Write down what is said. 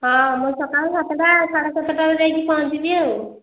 ହଁ ମୁଁ ସକାଳ ସାତଟା ସାଢ଼େ ସାତଟା ରେ ଯାଇକି ପହଞ୍ଚିବି ଆଉ